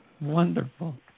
wonderful